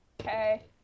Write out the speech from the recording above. Okay